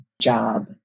job